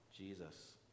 Jesus